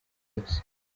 yose